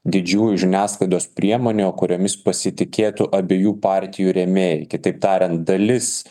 didžiųjų žiniasklaidos priemonių kuriomis pasitikėtų abiejų partijų rėmėjai kitaip tariant dalis